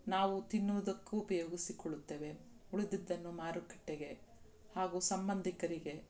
ನಾವು ತಿನ್ನುವುದಕ್ಕೂ ಉಪಯೋಗಿಸಿಕೊಳ್ಳುತ್ತೇವೆ ಉಳಿದಿದ್ದನ್ನು ಮಾರುಕಟ್ಟೆಗೆ ಹಾಗೂ ಸಂಬಂಧಿಕರಿಗೆ